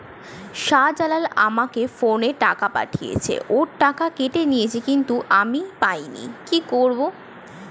শাহ্জালাল আমাকে ফোনে টাকা পাঠিয়েছে, ওর টাকা কেটে নিয়েছে কিন্তু আমি পাইনি, কি করব?